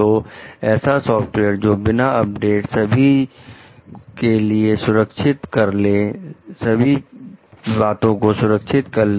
तो ऐसा सॉफ्टवेयर जो बिना अपडेट सभी चलो के लिए सुरक्षित कर ले